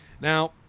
Now